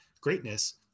greatness